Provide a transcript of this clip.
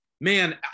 Man